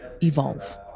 evolve